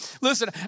Listen